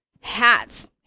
hats